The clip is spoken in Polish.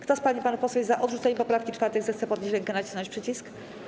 Kto z pań i panów posłów jest za odrzuceniem poprawki 4., zechce podnieść rękę i nacisnąć przycisk.